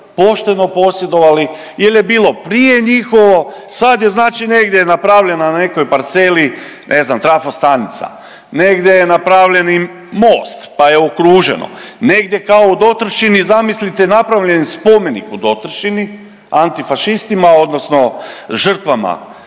pošteno posjedovali ili je bilo prije njihovo. Sad je znači negdje napravljena na nekoj parceli ne znam trafostanica. Negdje je napravljen i most pa je okruženo. Negdje kao u Dotrščini zamislite napravljen spomenik u Dotrščini antifašistima, odnosno žrtvama